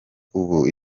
ubu